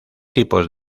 tipos